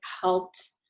helped